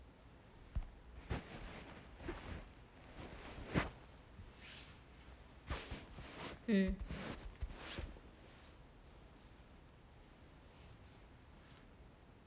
mm